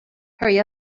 hurry